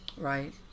Right